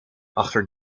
achter